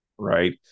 right